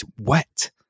wet